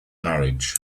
marriage